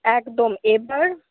একদম এবার